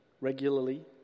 regularly